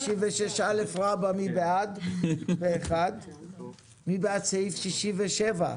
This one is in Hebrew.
אושרו מי בעד סעיף 67?